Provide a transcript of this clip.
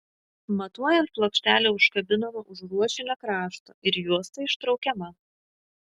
matuojant plokštelė užkabinama už ruošinio krašto ir juosta ištraukiama